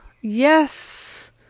yes